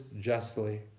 justly